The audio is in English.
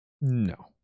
No